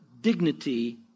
dignity